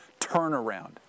turnaround